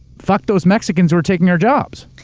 fuck those mexicans who are taking our jobs.